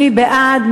מי בעד?